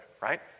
right